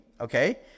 Okay